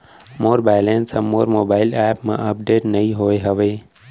मोर balance हा मोर mobile app मा अपडेट नहीं होय हवे